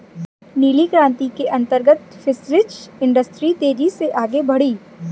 नीली क्रांति के अंतर्गत फिशरीज इंडस्ट्री तेजी से आगे बढ़ी